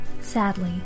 Sadly